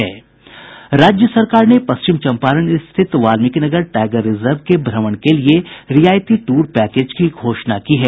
राज्य सरकार ने पश्चिम चंपारण स्थित वाल्मिकीनगर टाईगर रिजर्व के भ्रमण के लिए रियायती टूर पैकेट की घोषणा की है